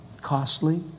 costly